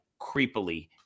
creepily